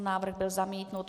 Návrh byl zamítnut.